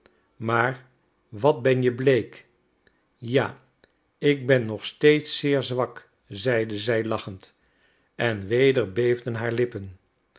maar wat ben je bleek ja ik ben nog steeds zeer zwak zeide zij lachend en weder beefden haar lippen